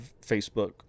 Facebook